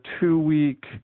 two-week